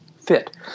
fit